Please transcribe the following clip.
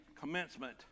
commencement